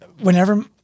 Whenever